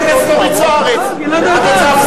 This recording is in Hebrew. חברת הכנסת אורית זוארץ, את רוצה הפסקה?